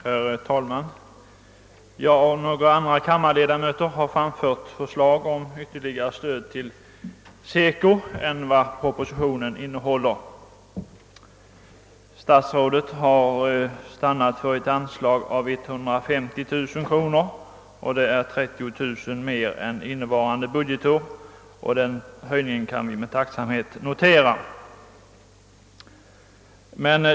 Herr talman! Jag och några andra kammarledamöter har framfört förslag om Ytterligare stöd till SECO än vad propositionen innehåller. Statsrådet har stannat för ett anslag av 150 000 kronor, eller 30 000 kronor mer än innevarande budgetår, och denna höjning kan vi med tacksamhet notera.